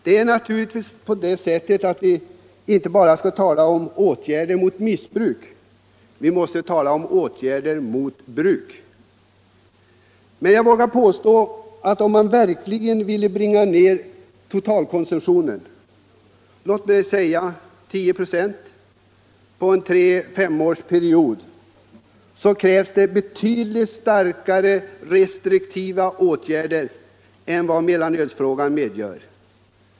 Det är naturligtvis fel att endast tala om åtgärder mot missbruk; vi måste tala om åtgärder mot bruk. Jag vågar påstå att om man verkligen vill bringa ned konsumtionen, låt mig säga med 10 96 på en tre-femårsperiod, krävs det betydligt starkare restriktiva åtgärder än vad mellanölsfrågan föranleder.